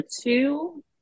two